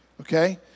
okay